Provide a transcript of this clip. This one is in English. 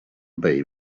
baby